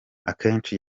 akenshi